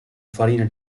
farina